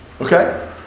Okay